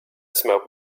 smelled